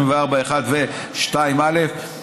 24(1) ו-(2)(א),